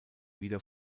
wieder